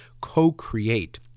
co-create